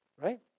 right